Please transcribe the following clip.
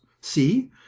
see